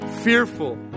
fearful